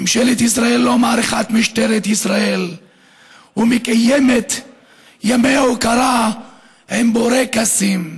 ממשלת ישראל לא מעריכה את משטרת ישראל ומקיימת ימי הוקרה עם בורקסים,